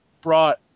brought